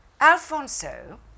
Alfonso